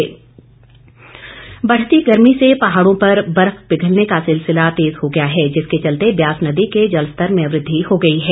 पंडोह बांध बढ़ती गर्मी से पहाड़ों पर बर्फ पिघलने का सिलसिला तेज हो गया है जिसके चलते ब्यास नदी के जलस्तर में वृद्धि हो गई है